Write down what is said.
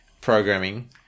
programming